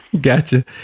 Gotcha